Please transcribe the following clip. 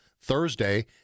Thursday